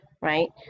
right